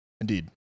Indeed